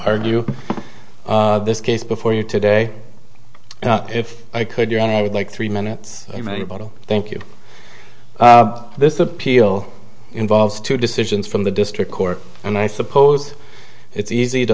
argue this case before you today if i could you and i would like three minutes thank you this appeal involves two decisions from the district court and i suppose it's easy to